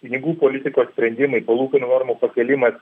pinigų politikos sprendimai palūkanų normų pakėlimas